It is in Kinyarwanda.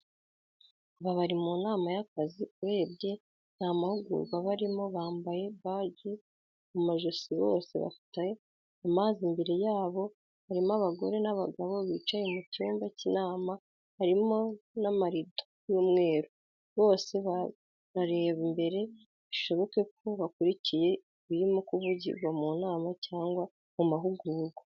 Aba bari munama yakazi urebye namahugurwa barimo bambaye bagi mumajosi bose bafite amazi imbere yabo harimo abagore nabagabo bicaye mucyumba cyinama harimo namarido y,umweru bose barareba imbere bishoboke ko bakurikiye ibirimo kuvugirwa munama cyangwa mumahugurwa.